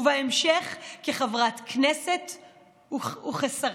ובהמשך, כחברת כנסת וכשרה.